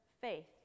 faith